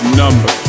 number